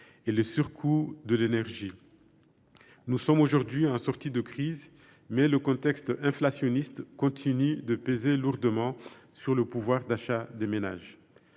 et les surcoûts de l’énergie. Nous sommes aujourd’hui en sortie de crise, mais le contexte inflationniste continue de peser lourdement sur le pouvoir d’achat des ménages.